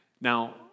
Now